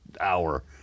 hour